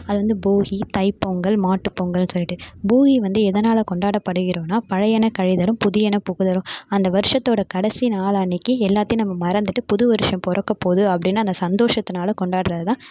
அது வந்து போகி தை பொங்கல் மாட்டு பொங்கல் சொல்லிவிட்டு போகி வந்து எதனால் கொண்டாடப்படுகிறோம்னா பழையன கழிதலும் புதியன புகுதலும் அந்த வருஷத்தோட கடைசி நாள் அன்னைக்கி எல்லாத்தையும் நம்ம மறந்துட்டு புது வருஷம் பிறக்கபோது அப்படினா அந்த சந்தோஷத்தினால கொண்டாட்றதுதான்